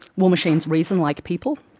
will machines reason like people?